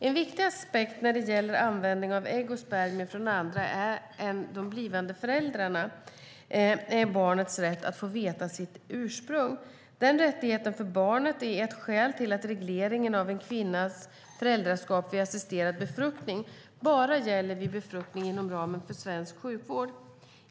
En viktig aspekt när det gäller användningen av ägg och spermier från andra än de blivande föräldrarna är barnets rätt att få veta sitt ursprung. Denna rättighet för barnet är ett skäl till att regleringen av en kvinnas föräldraskap vid assisterad befruktning bara gäller befruktning inom ramen för svensk sjukvård.